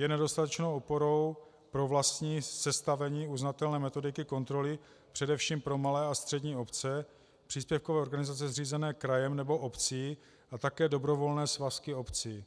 jsou nedostatečnou oporou pro vlastní sestavení uznatelné metodiky kontroly především pro malé a střední obce, příspěvkové organizace zřízené krajem nebo obcí a také dobrovolné svazky obcí.